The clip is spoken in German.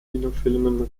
kinofilmen